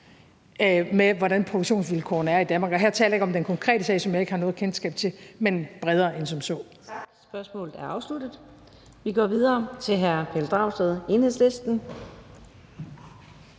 med, hvordan produktionsvilkårene er i Danmark. Og her taler jeg ikke om den konkrete sag, som jeg ikke har noget kendskab til, men bredere end som så.